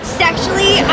sexually